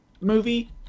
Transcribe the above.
movie